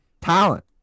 talent